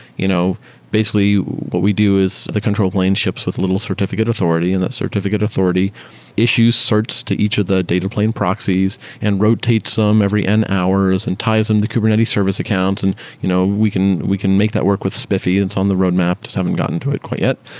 you know basically what we do is the control plane ships with little certificate authority and that certificate authority issues certs to each of the data plane proxies and rotates some every n hours and ties them to kubernetes service accounts. and you know we can we can make that work with spiffy. it's on the roadmap, just haven't gotten to it quite yet.